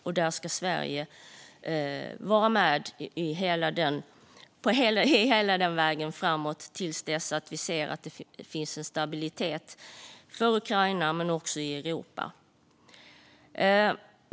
Och Sverige ska vara med hela vägen framåt tills vi ser att det finns en stabilitet för Ukraina men också i Europa.